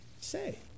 say